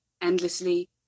endlessly